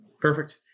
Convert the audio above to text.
Perfect